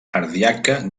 ardiaca